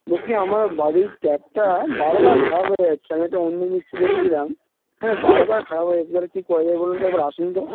বলছি আমার বাড়ির ট্যাপটা বারবার খারাপ হয়ে যাচ্ছে আমি একটা অন্য মিস্ত্রি দেকেছিলাম হ্যাঁ বারবার খারাপ হয়ে যাচ্ছে দাদা কী করা যায় বলুন তো একবার আসুন তো